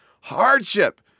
hardship